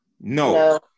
No